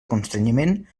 constrenyiment